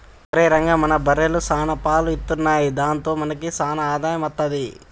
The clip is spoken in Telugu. ఒరేయ్ రంగా మన బర్రెలు సాన పాలు ఇత్తున్నయ్ దాంతో మనకి సాన ఆదాయం అత్తది